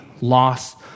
loss